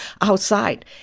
outside